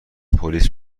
پلیس